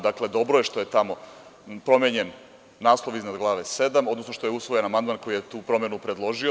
Dakle, dobro je što je tamo promenjen naslov iznad Glave VII, odnosno što je usvojen amandman koji je tu promenu predložio.